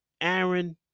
Aaron